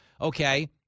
okay